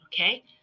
Okay